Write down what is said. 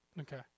okay